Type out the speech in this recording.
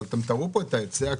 תראו את ההיצע,